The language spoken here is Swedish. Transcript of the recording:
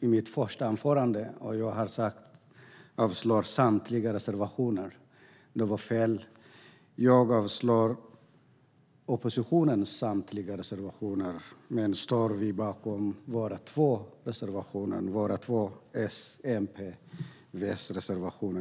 i mitt första anförande. Jag sa att jag yrkar avslag på samtliga reservationer. Det var fel. Jag yrkar avslag på oppositionens samtliga reservationer men står bakom våra två S-MP-V-reservationer.